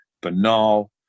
banal